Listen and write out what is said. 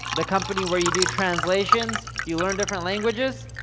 the company where you do translations, you learn different languages?